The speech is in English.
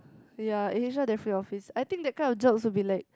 ya in H_R definitely office I think that kind of jobs will be like